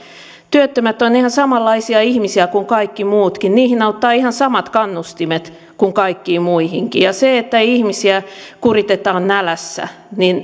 työttömät ovat ihan samanlaisia ihmisiä kuin kaikki muutkin heihin auttavat ihan samat kannustimet kuin kaikkiin muihinkin se että ihmisiä kuritetaan nälässä